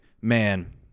man